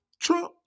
Trump